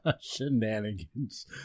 Shenanigans